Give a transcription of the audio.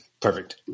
Perfect